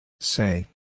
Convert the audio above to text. Say